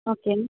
okay